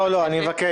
לא, לא, אני מבקש.